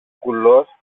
κουλός